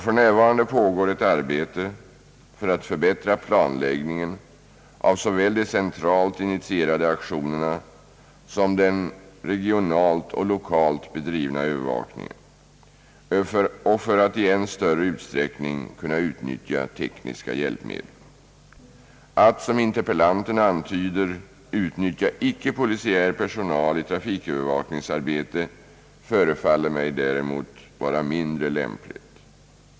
För närvarande pågår arbete för att förbättra planläggningen av såväl de centralt initierade aktionerna som den regionalt och lokalt bedrivna övervakningen och för att i än större utsträckning kunna utnyttja tekniska hjälpmedel. Att — som interpellanten antyder — utnyttja icke-polisiär personal i trafikövervakningsarbete förefaller mig däremot vara mindre lämpligt.